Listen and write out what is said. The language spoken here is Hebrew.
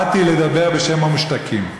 באתי לדבר בשם המושתקים.